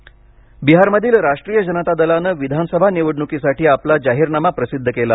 राजद बिहारमधील राष्ट्रीय जनता दलानं विधानसभा निवडणुकीसाठी आपला जाहीरनामा प्रसिद्ध केला